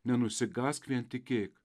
nenusigąsk vien tikėk